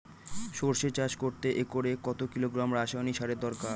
সরষে চাষ করতে একরে কত কিলোগ্রাম রাসায়নি সারের দরকার?